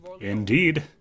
indeed